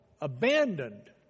abandoned